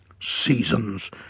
Seasons